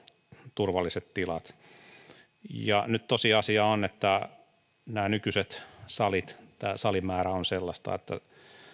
turvalliset tilat ja nyt tosiasia on että nämä nykyiset salit ja tämä salimäärä ovat sellaiset että